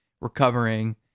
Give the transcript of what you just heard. recovering